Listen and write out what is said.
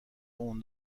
اون